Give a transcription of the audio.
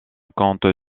compte